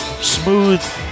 Smooth